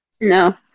No